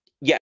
Yes